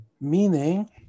meaning